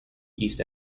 east